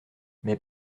mais